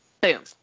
boom